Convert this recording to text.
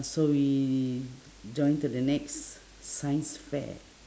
so we join to the next science fair